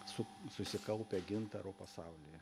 su susikaupia gintaro pasaulyje